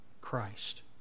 Christ